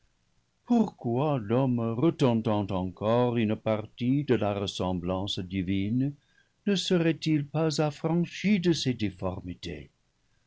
l'homme retenant encore une partie de la ressemblance divine ne serait-il pas affranchi de ces difformités